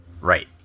Right